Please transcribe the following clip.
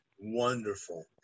Wonderful